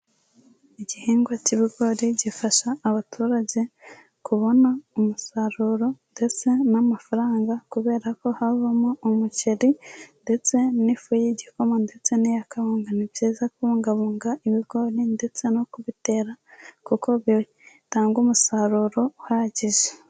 Igihingwa cy'ibigori gifasha abaturage kubona umusaruro ndetse n'amafaranga kubera ko havamo umuceri ndetse n'ifu y'igikoma ndetse n'iy'akawunga, ni byiza kubungabunga ibigori ndetse no kubitera kuko bitanga umusaruro uhagije.